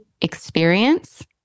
experience